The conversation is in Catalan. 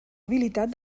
habilitat